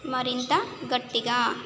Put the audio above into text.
మరింత గట్టిగా